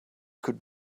could